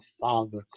father